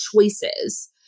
choices